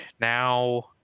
now